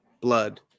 blood